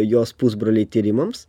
jos pusbroliai tyrimams